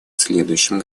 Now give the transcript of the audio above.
следующем